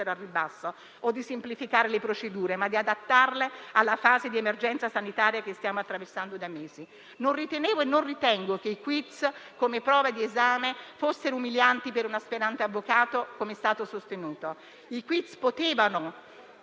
al ribasso o di semplificare le procedure, ma di adattarle alla fase di emergenza sanitaria che stiamo attraversando da mesi. Non ritenevo e non ritengo che i *quiz*, come prova di esame, fossero umilianti per un aspirante avvocato, come è stato sostenuto. I *quiz* potevano